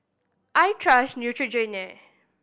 I trust Neutrogena